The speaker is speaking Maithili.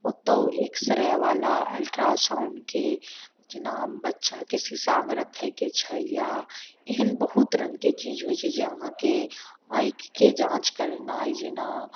ओतौ एक्सरे बला अल्ट्रासाउण्डके जेना बच्चाके शीशामे रक्खैके छै या एहन बहुत रङ्गके चीज होइ छै जे आहाँके आँखिके जाँच करौनाइ जेना